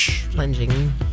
plunging